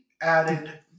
added